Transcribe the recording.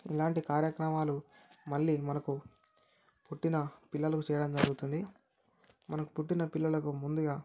ఇలాంటి కార్యక్రమాలు మళ్ళీ మనకు పుట్టిన పిల్లలకు చేయడం జరుగుతుంది మనకు పుట్టిన పిల్లలకు ముందుగా